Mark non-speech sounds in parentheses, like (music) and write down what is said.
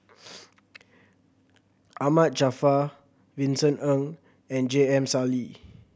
(noise) Ahmad Jaafar Vincent Ng and J M Sali